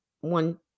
one